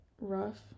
Rough